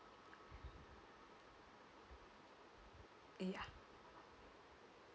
ya